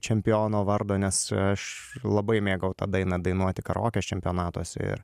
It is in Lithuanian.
čempiono vardo nes aš labai mėgau tą dainą dainuoti karaokės čempionatuose ir